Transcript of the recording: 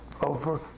over